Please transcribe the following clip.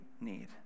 need